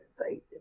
faith